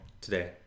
today